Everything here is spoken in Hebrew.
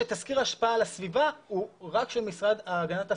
שתסקיר ההשפעה על הסביבה הוא רק של המשרד להגנת הסביבה.